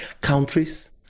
countries